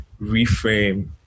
reframe